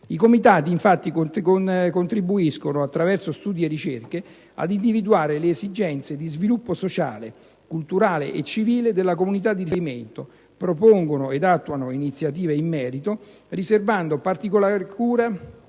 I comitati, infatti, contribuiscono, attraverso studi e ricerche, ad individuare le esigenze di sviluppo sociale, culturale e civile della comunità di riferimento, propongono e attuano iniziative in merito, riservando particolare cura